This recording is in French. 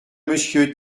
monsieur